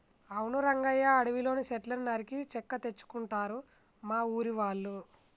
అవును రంగయ్య అడవిలోని సెట్లను నరికి చెక్క తెచ్చుకుంటారు మా ఊరి వాళ్ళు